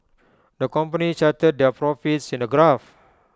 the company charted their profits in A graph